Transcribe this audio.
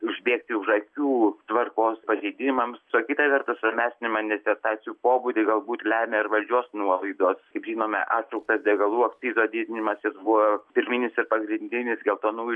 užbėgti už akių tvarkos pažeidimams o kita vertus ramesnį manifestacijų pobūdį galbūt lemia ir valdžios nuolaidos kaip žinome atšauktas degalų akcizo didinimas jis buvo pirminis ir pagrindinis geltonųjų